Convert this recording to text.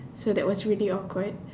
so that was really awkward